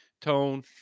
tone